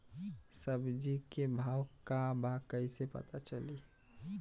सब्जी के भाव का बा कैसे पता चली?